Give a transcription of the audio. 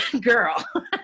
girl